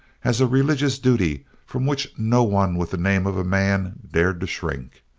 as a religious duty from which no one with the name of a man dared to shrink.